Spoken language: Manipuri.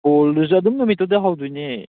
ꯕꯣꯜꯗꯨꯁꯨ ꯑꯗꯨꯝ ꯅꯨꯃꯤꯠꯇꯨꯗꯩ ꯍꯧꯗꯣꯏꯅꯦ